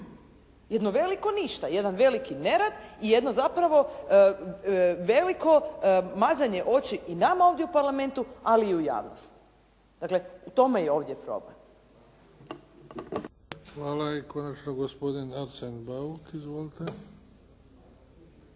Jedno veliko ništa. Jedan veliki nerad i jedno zapravo veliko mazanje oči i nama ovdje u Parlamentu, ali i u javnosti. Dakle, u tome je ovdje problem. **Bebić, Luka (HDZ)** Hvala. I konačno gospodin Arsen Bauk. Izvolite. **Bauk,